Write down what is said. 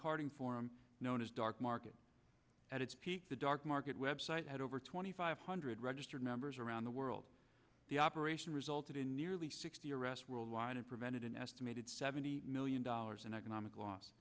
carding forum known as dark market at its peak the dark market web site had over twenty five hundred registered members around the world the operation resulted in nearly sixty arrests worldwide and prevented an estimated seventy million dollars in economic loss